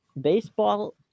baseball